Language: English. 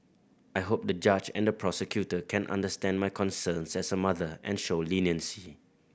I hope the judge and the prosecutor can understand my concerns as a mother and show leniency